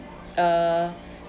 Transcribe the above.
uh